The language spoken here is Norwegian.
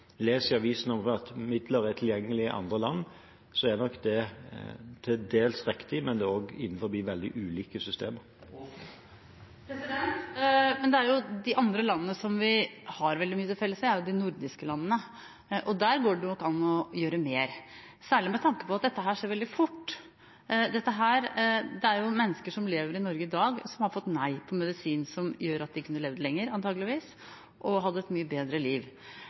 at midler er tilgjengelige i andre land, er nok det til dels riktig, men det er også innenfor veldig ulike systemer. De landene som vi har veldig mye til felles med, er jo de nordiske landene. Der går det nok an å gjøre mer, særlig med tanke på at dette skjer veldig fort. Dette er mennesker som lever i Norge i dag, som har fått nei til medisin som hadde gjort at de antakeligvis kunne levd lenger og hatt et mye bedre liv.